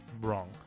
wrong